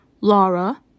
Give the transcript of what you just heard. Laura